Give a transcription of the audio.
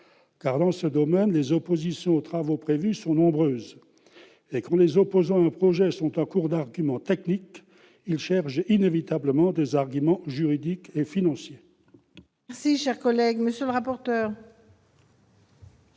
dans ce domaine, les oppositions aux travaux prévus sont nombreuses. Et quand les opposants à un projet sont à court d'arguments techniques, ils cherchent inévitablement des arguments juridiques et financiers.